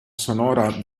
sonora